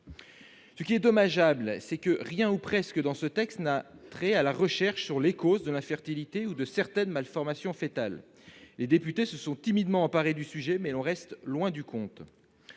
dès lors dommageable que rien, ou presque, dans ce texte n'ait trait à la recherche sur les causes de l'infertilité ou de certaines malformations foetales. Les députés se sont timidement emparés du sujet, mais l'on reste loin du compte